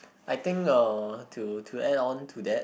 I think uh to to add on to that